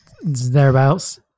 Thereabouts